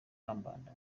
kambanda